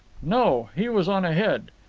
no, he was on ahead.